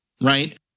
Right